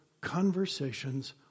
conversations